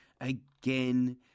again